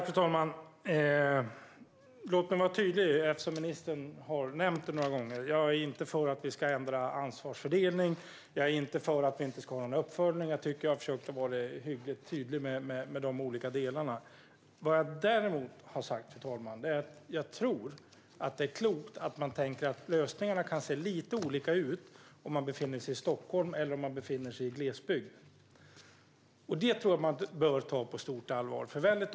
Fru talman! Eftersom ministern har nämnt det några gånger vill jag vara tydlig med att jag inte är för att vi ska ändra ansvarsfördelning eller att vi inte ska ha någon uppföljning. Jag har försökt vara hyggligt tydlig med de delarna. Fru talman! Jag har däremot sagt att det är klokt att tänka att lösningarna kan se lite olika ut beroende på om man befinner sig i Stockholm eller i glesbygd. Det bör man ta på stort allvar.